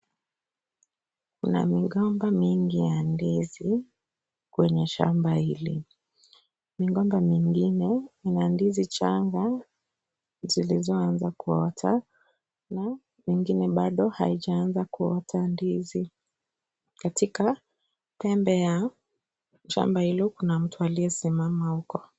Kuna migomba mingi ya ndizi, kwenye shamba hili. Migomba mingine ina ndizi changa, zilizoanza kuota, na nyingine bado haijaanza kuota ndizi. Katika pembe ya, shamba hilo kuna mtu aliyesimama huko.